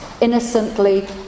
innocently